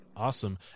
Awesome